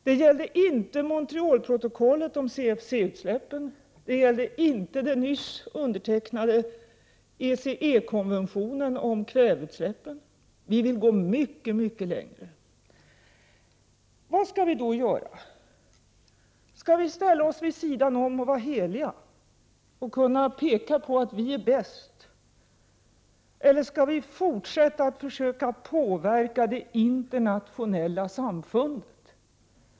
Det gällde inte Montrealprotokollet om CFC-utsläppen, det gällde inte den nyss undertecknade ECE-konventionen om kväveutsläp Prot. 1988/89:44 pen — vi vill gå mycket längre. 13 december 1988 Vad skall vi då göra? Skall vi ställa oss vid sidan av och vara heliga och peka på att vi är bäst eller skall vi fortsätta att försöka påverka det internationella samfundet?